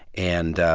and,